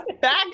back